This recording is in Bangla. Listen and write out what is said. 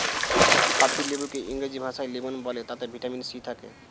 পাতিলেবুকে ইংরেজি ভাষায় লেমন বলে তাতে ভিটামিন সি থাকে